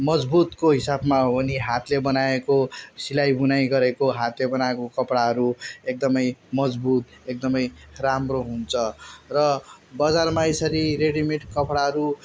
मजबुतको हिसाबमा हो भने हातले बनाएको सिलाइ बुनाइ गरेको हातले बनाएको कपडाहरू एकदमै मजबुत एकदमै राम्रो हुन्छ र बजारमा यसरी रेडिमेड कपडाहरू